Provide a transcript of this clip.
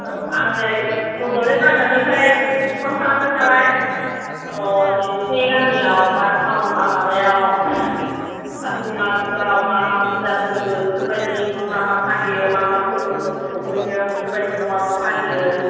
औ आं नै बड'लेण्ड रादाबनिफ्राय फन खालामदों नालाय अ' नोंसिनि गामियाव बा टाउन बा माबायाव आसिन मासफ्राव मा मा फुजा फोरबो बेफोरबायदि मा मा फालियो मा मा फोरबोफो सफैदों बेफोर बायदिखौ मा मा फालियो